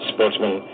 Sportsman